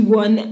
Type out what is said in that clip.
one